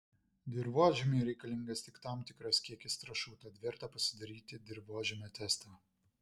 dirvožemiui reikalingas tik tam tikras kiekis trąšų tad verta pasidaryti dirvožemio testą